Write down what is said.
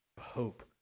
hope